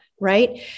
right